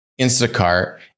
Instacart